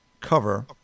cover